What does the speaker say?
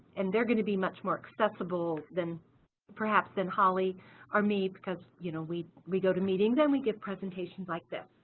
and they're going to be much more accessible, perhaps then holly or me because you know, we we go to meetings and we give presentations like this.